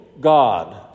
God